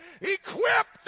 equipped